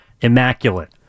immaculate